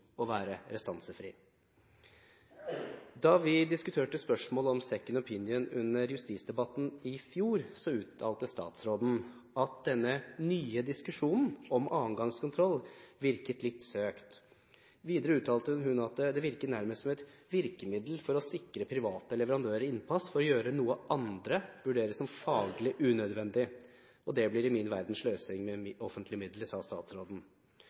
å være restansefri. Da vi diskuterte spørsmålet om «second opinion» under justisdebatten i fjor, uttalte statsråden at «denne nye diskusjonen om en annen gangs kontroll» virket «litt søkt». Videre uttalte hun: «Det virker nærmest som et virkemiddel for å sikre private leverandører innpass for å gjøre noe som andre vurderer som faglig unødvendig. Det blir i min verden sløsing med offentlige midler.»